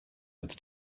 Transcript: its